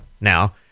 now